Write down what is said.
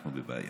ואנחנו בבעיה.